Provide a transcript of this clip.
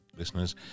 listeners